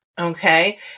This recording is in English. okay